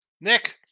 Nick